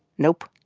nope,